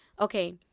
Okay